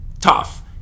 tough